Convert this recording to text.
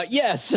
yes